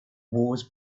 wars